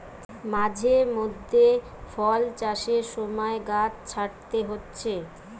মাঝে মধ্যে ফল চাষের সময় গাছ ছাঁটতে হচ্ছে